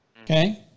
okay